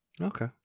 Okay